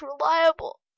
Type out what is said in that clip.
reliable